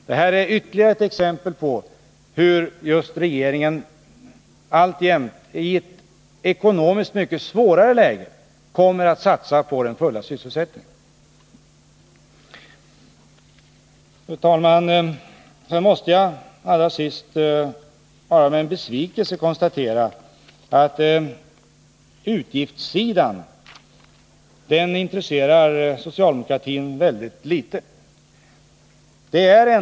Detta är ytterligare ett exempel på hur regeringen alltjämt, i ett ekonomiskt mycket svårare läge, kommer att satsa på den fulla sysselsättningen. Fru talman! Jag måste allra sist med besvikelse konstatera att utgiftssidan intresserar socialdemokratin mycket litet.